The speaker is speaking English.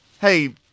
hey